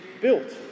built